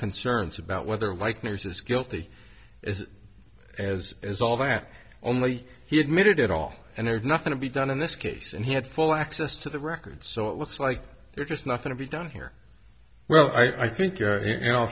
concerns about whether likenesses guilty as as as all that only he admitted at all and there's nothing to be done in this case and he had full access to the records so it looks like there's just nothing to be done here well i think